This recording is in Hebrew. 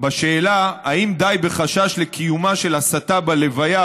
בשאלה אם די בחשש לקיומה של הסתה בלוויה,